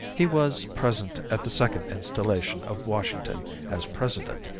he was present at the second installation of washington as president,